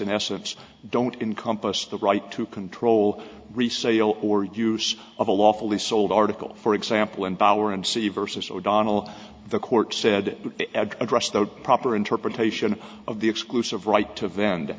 in essence don't income plus the right to control resale or use of a lawfully sold article for example and power and see versus o'donnell the court said address the proper interpretation of the exclusive right to vend